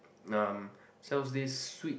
um sells this sweet